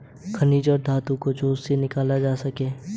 खनिज और धातु जो उनसे निकाले जा सकते हैं